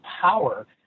power